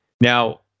Now